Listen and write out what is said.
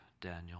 Daniel